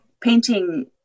painting